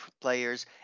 players